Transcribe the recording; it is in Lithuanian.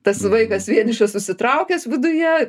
tas vaikas vienišas susitraukęs viduje